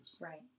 Right